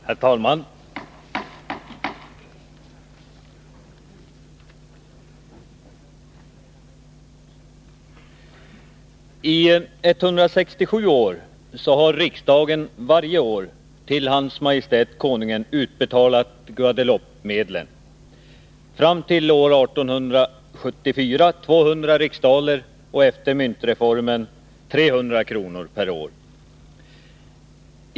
Herr talman! I 167 år har riksdagen varje år till Hans Majestät Konungen utbetalat Guadeloupemedlen — fram till år 1874 200 000 riksdaler och efter myntreformen 300 000 kr. per år.